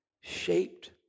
Shaped